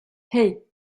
hey